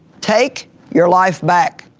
take your life back,